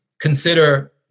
consider